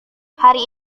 hari